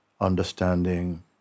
understanding